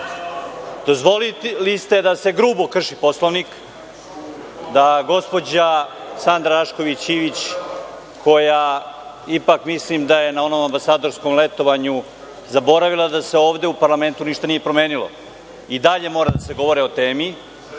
Dozvolili ste da se grubo krši Poslovnik, da gospođa Sanda Rašković Ivić, koja ipak mislim da je na onom ambasadorskom letovanju zaboravila da se ovde u parlamentu ništa nije promenilo, i dalje mora da se govori o temi,